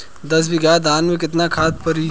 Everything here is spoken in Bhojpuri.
दस बिघा धान मे केतना खाद परी?